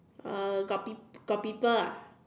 uh got pe~ got people ah